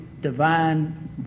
divine